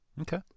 Okay